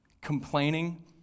Complaining